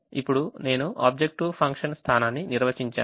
ఇప్పుడు నేను objective function స్థానాన్ని నిర్వచించాను